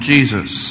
Jesus